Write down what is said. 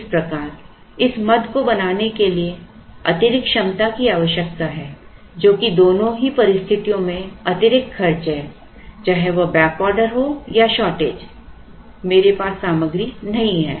इस प्रकार इस मद को बनाने के लिए अतिरिक्त क्षमता की आवश्यकता है जो कि दोनों ही परिस्थितियों में अतिरिक्त खर्च है चाहे वह बैक ऑर्डर हो या शॉर्टेज मेरे पास सामग्री नहीं है